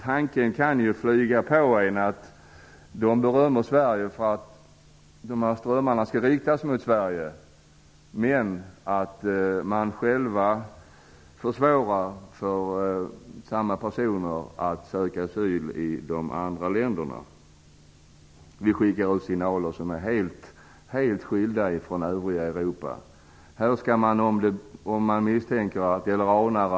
Tanken kan ju komma över en att de kanske berömmer Sverige för att flyktingströmmarna skall riktas hitåt, medan de själva försvårar för samma personer att söka asyl där. Vi sänder ut signaler som skiljer sig helt från signaler i övriga Europa.